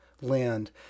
land